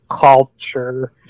culture